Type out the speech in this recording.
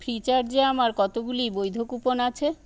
ফ্রিচার্জে আমার কতগুলি বৈধ কুপন আছে